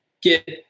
get